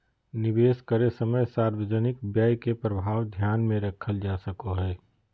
निवेश करे समय सार्वजनिक व्यय के प्रभाव ध्यान में रखल जा सको हइ